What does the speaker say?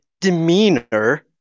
demeanor